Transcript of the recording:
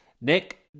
Nick